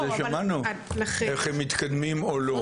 כבר שמענו איך הם מתקדמים או לא.